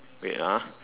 wait ah